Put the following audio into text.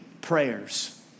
prayers